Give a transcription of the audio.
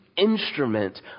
instrument